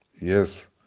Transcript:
Yes